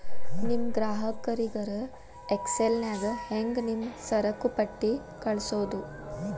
ನಿಮ್ ಗ್ರಾಹಕರಿಗರ ಎಕ್ಸೆಲ್ ನ್ಯಾಗ ಹೆಂಗ್ ನಿಮ್ಮ ಸರಕುಪಟ್ಟಿ ಕಳ್ಸೋದು?